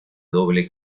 doble